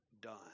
done